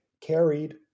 carried